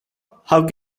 how